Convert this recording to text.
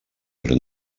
però